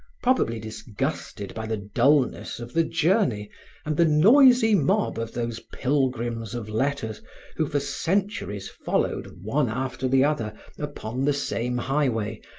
probably disgusted by the dullness of the journey and the noisy mob of those pilgrims of letters who for centuries followed one after the other upon the same highway,